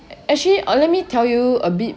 actually uh let me tell you a bit